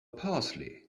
parsley